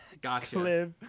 Gotcha